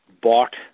bought